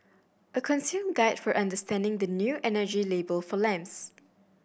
a consumer guide for understanding the new energy label for lamps